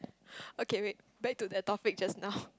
okay wait back to that topic just now I